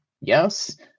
yes